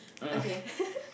okay